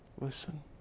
Listen